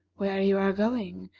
where you are going,